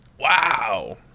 Wow